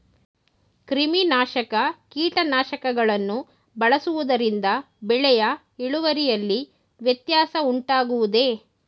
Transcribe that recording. ಕ್ರಿಮಿನಾಶಕ ಕೀಟನಾಶಕಗಳನ್ನು ಬಳಸುವುದರಿಂದ ಬೆಳೆಯ ಇಳುವರಿಯಲ್ಲಿ ವ್ಯತ್ಯಾಸ ಉಂಟಾಗುವುದೇ?